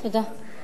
תודה.